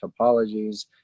topologies